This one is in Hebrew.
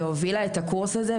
והובילה את הקורס הזה,